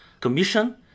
commission